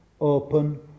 open